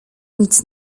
nic